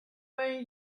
way